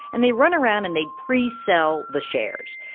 and they run around and they pre-sell the shares.